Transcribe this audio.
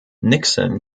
nixon